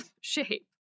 shape